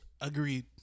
Agreed